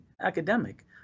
academic